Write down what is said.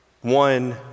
One